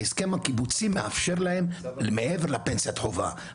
ההסכם הקיבוצי מאפשר להם מעבר לפנסיית חובה.